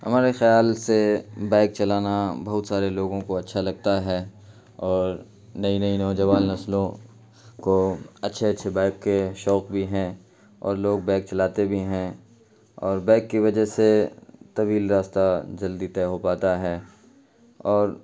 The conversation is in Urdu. ہمارے خیال سے بائک چلانا بہت سارے لوگوں کو اچھا لگتا ہے اور نئی نئی نوجوال نسلوں کو اچھے اچھے بائک کے شوق بھی ہیں اور لوگ بائک چلاتے بھی ہیں اور بائک کی وجہ سے طویل راستہ جلدی طے ہو پاتا ہے اور